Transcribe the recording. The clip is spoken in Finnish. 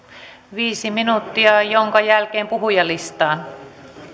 viisi minuuttia jonka jälkeen puhujalistaan